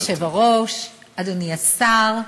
אדוני היושב-ראש, אדוני השר,